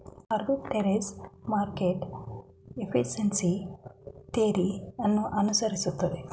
arbitrage market efficiency theory ಅನ್ನು ಅನುಸರಿಸುತ್ತದೆ